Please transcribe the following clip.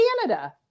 Canada